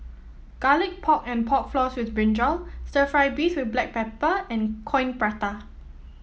Garlic Pork and Pork Floss with brinjal stir fry beef with Black Pepper and Coin Prata